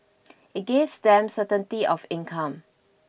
it gives them certainty of income